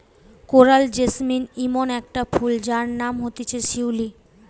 coral jasmine ইমন একটা ফুল যার নাম হতিছে শিউলি